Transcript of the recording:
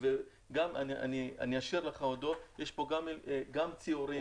יש פה גם ציורים,